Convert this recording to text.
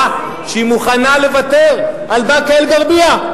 שהיא מוכנה לוותר על באקה-אל-ע'רביה.